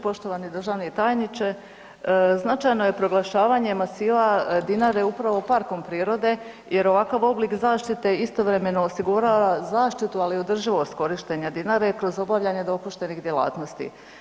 Poštovani državni tajniče, značajno je proglašavanjem ... Dinare upravo parkom prirode jer ovakav oblike zaštite istovremeno osigurava zaštitu ali i održivost korištenja Dinare kroz obavljanje dopuštenih djelatnosti.